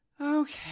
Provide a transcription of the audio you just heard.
Okay